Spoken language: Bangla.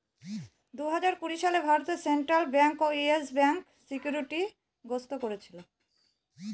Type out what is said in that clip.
দুই হাজার কুড়ি সালে ভারতে সেন্ট্রাল ব্যাঙ্ক ইয়েস ব্যাঙ্কে সিকিউরিটি গ্রস্ত করেছিল